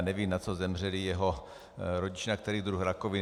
Nevím, na co zemřeli jeho rodiče, na který druh rakoviny.